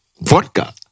Vodka